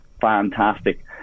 fantastic